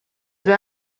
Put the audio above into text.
due